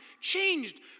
changed